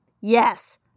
Yes